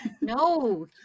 no